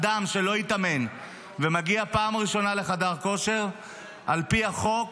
אדם שלא התאמן ומגיע בפעם הראשונה לחדר הכושר על פי החוק